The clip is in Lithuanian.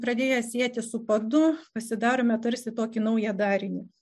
pradėję sieti su padu pasidarėme tarsi tokį naują darinį